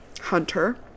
Hunter